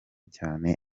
cyane